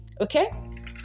okay